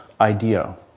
idea